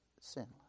sinless